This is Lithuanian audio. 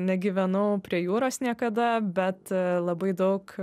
negyvenau prie jūros niekada bet labai daug